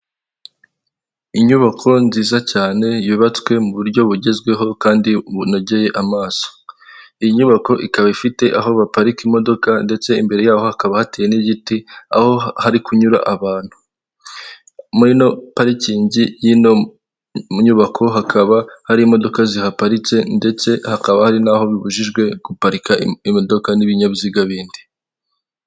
Umudepite Frank Habineza ubwo yari ari mu nteko ishingamategeko y'u Rwanda iherereye Kimihurura, yari ari gufata ifoto akaba yarigeze no kwiyamamariza umwanya w'umukandida k'umwanya w'umukuru w'igihugu mu matora y'umukuru w'igihugu yabaye bibiri na cumi na karindwi ndetse na bibiri na makumyabiri na kane.